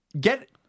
get